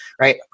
Right